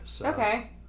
Okay